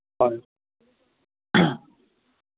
হয়